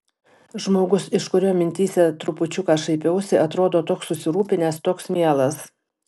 žmogus iš kurio mintyse trupučiuką šaipiausi atrodo toks susirūpinęs toks mielas